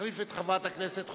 מחליף את חברת הכנסת חוטובלי,